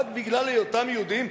רק בגלל היותם יהודים,